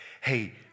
hey